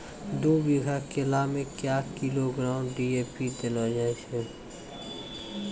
दू बीघा केला मैं क्या किलोग्राम डी.ए.पी देले जाय?